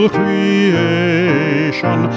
creation